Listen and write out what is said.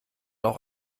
auch